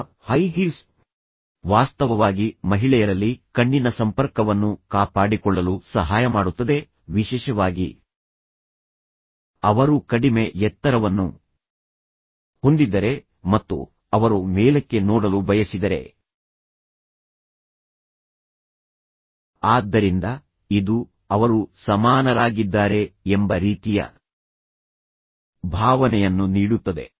ಈಗ high heels ವಾಸ್ತವವಾಗಿ ಮಹಿಳೆಯರಲ್ಲಿ ಕಣ್ಣಿನ ಸಂಪರ್ಕವನ್ನು ಕಾಪಾಡಿಕೊಳ್ಳಲು ಸಹಾಯ ಮಾಡುತ್ತದೆ ವಿಶೇಷವಾಗಿ ಅವರು ಕಡಿಮೆ ಎತ್ತರವನ್ನು ಹೊಂದಿದ್ದರೆ ಮತ್ತು ಅವರು ಮೇಲಕ್ಕೆ ನೋಡಲು ಬಯಸಿದರೆ ಆದ್ದರಿಂದ ಇದು ಅವರು ಸಮಾನರಾಗಿದ್ದಾರೆ ಎಂಬ ರೀತಿಯ ಭಾವನೆಯನ್ನು ನೀಡುತ್ತದೆ